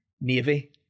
navy